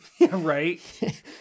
right